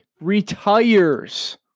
retires